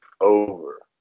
over